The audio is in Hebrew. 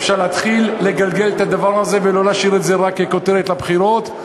אפשר להתחיל לגלגל את הדבר הזה ולא להשאיר אותו רק ככותרת לבחירות.